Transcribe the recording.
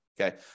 Okay